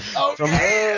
Okay